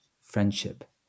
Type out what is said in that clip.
friendship